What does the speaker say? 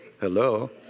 Hello